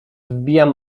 wbijam